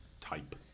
type